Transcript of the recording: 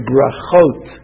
Brachot